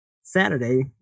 Saturday